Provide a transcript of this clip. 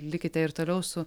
likite ir toliau su